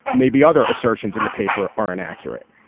maybe other assertions in the paper are an accurate.